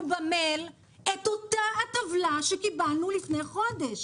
במייל את אותה הטבלה שקיבלנו לפני חודש.